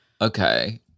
Okay